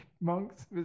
monks